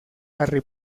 harry